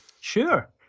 sure